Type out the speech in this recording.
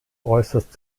äußerst